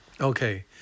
Okay